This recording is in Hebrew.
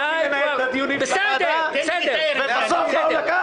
עד שאחזור.